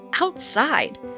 outside